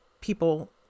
people